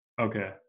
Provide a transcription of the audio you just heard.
Okay